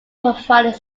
provided